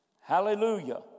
Hallelujah